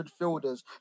midfielders